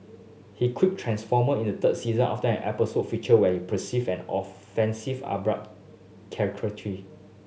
he quit Transformer in the third season after an episode featured what he perceived as offensive Arab caricature